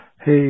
Hey